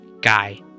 Guy